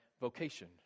vocation